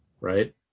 Right